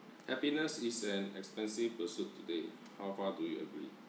happiness is an expensive pursuit today how far do you agree